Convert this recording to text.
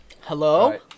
Hello